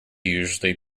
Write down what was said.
usually